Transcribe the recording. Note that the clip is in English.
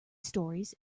stories